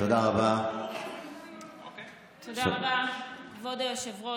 תודה רבה, כבוד היושב-ראש.